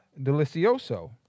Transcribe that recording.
delicioso